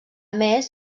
més